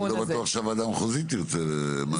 אני לא בטוח שהוועדה המחוזית תרצה.